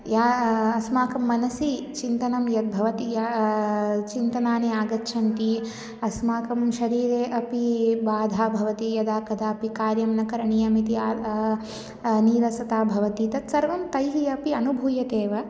यत् अस्माकं मनसि चिन्तनं यद् भवति याः चिन्तनाः आगच्छन्ति अस्माकं शरीरे अपि बाधा भवति यदा कदा अपि कार्यं न करणीयम् इति नीरसता भवति तत् सर्वं तैः अपि अनुभूयते एव